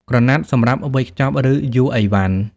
ក្រណាត់សម្រាប់វេចខ្ចប់ ឬ យួរអីវ៉ាន់ ។